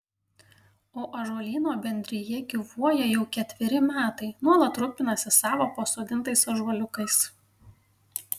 o ąžuolyno bendrija gyvuoja jau ketveri metai nuolat rūpinasi savo pasodintais ąžuoliukais